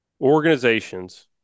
organizations